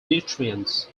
nutrients